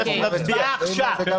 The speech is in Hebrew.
הצבעה עכשיו.